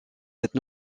cette